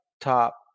top